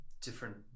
different